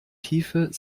tiefe